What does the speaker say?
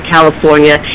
California